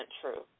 true